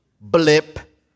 blip